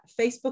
Facebook